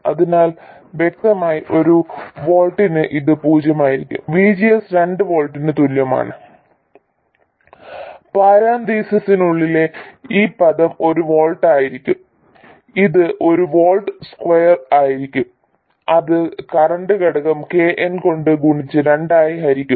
അതിനാൽ വ്യക്തമായി ഒരു വോൾട്ടിന് അത് പൂജ്യമായിരിക്കും VGS രണ്ട് വോൾട്ടിന് തുല്യമാണ് പരാന്തീസിസിനുള്ളിലെ ഈ പദം ഒരു വോൾട്ടായിരിക്കും ഇത് ഒരു വോൾട്ട് സ്ക്വയർ ആയിരിക്കും അത് കറന്റ് ഘടകം K n കൊണ്ട് ഗുണിച്ച് രണ്ടായി ഹരിക്കും